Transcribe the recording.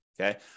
Okay